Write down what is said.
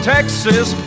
Texas